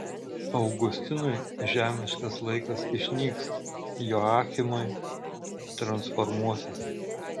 augustinui žemiškas laikas išnyks joachimui transformuosis